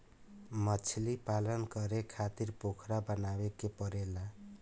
मछलीपालन करे खातिर पोखरा बनावे के पड़ेला